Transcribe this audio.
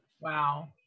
Wow